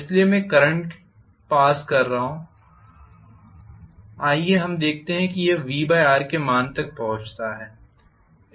इसलिए मैं एक करंट पास कर रहा हूं आइए हम कहते हैं कि यह VR के मान तक पहुंचता है